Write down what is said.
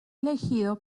elegido